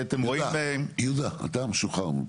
יהודה, אתה משוחרר.